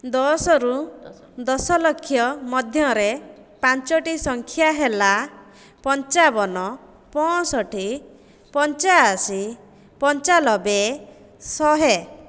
ଦଶରୁ ଦଶଲକ୍ଷ ମଧ୍ୟରେ ପାଞ୍ଚୋଟି ସଂଖ୍ୟା ହେଲା ପଞ୍ଚାବନ ପଞ୍ଚଷଠି ପଞ୍ଚାଅଶୀ ପଞ୍ଚାନବେ ଶହେ